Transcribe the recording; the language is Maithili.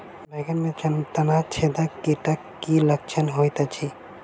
बैंगन मे तना छेदक कीटक की लक्षण होइत अछि?